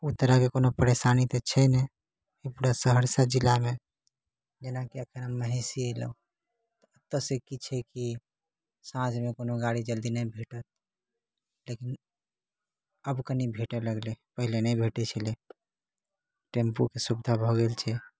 ओ तरहके कोनो परेशानी तऽ छै नहि जे पूरा सहरसा जिलामे जेना कि एखन हम महिषी एलहुॅं तऽ से की छै कि साँझमे कोनो गाड़ी जल्दी नहि भेटत लेकिन आब कनी भेटऽ लगलै पहिले नहि भेटै छलै टेम्पूके सुविधा भऽ गेल छै